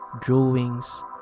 drawings